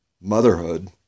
motherhood